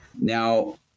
Now